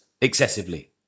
excessively